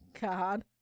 God